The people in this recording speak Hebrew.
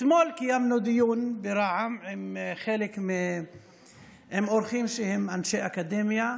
אתמול קיימנו דיון ברע"מ עם אורחים שהם אנשי אקדמיה,